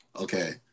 Okay